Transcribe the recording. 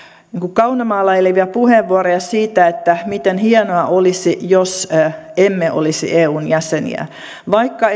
kaunomaalailevia puheenvuoroja siitä miten hienoa olisi jos emme olisi eun jäseniä vaikka